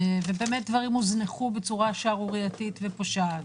דברים הוזנחו בצורה שערורייתית ופושעת,